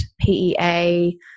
PEA